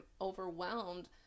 overwhelmed